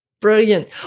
Brilliant